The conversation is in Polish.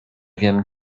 wiem